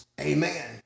Amen